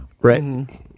right